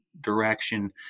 direction